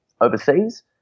overseas